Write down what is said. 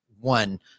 one